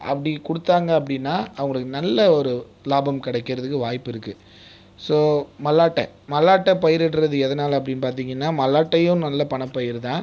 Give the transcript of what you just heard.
அப்படி கொடுத்தாங்க அப்படின்னா அவங்களுக்கு நல்ல ஒரு லாபம் கிடைக்கிறதுக்கு வாய்ப்பு இருக்குது ஸோ மல்லாட்டை மல்லாட்டை பயிரிடுகிறது எதனால் அப்படின்னு பார்த்திங்கன்னா மல்லாட்டையும் நல்ல பணப்பயிர் தான்